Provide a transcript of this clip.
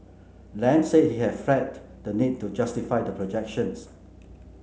Lam said he had flagged the need to justify the projections